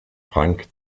frank